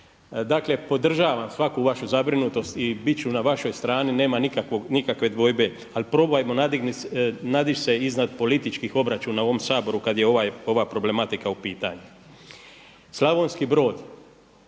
Dakle podržavam svaku vašu zabrinutost i biti ću na vašoj strani nema nikakve dvojbe ali probajmo nadići se iznad političkih obračuna u ovom Saboru kada je ali probajmo nadić se iznad